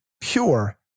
pure